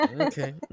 Okay